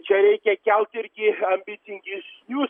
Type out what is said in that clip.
čia reikia kelt irgi ambicingesnius